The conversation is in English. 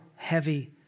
heavy